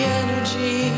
energy